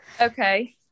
Okay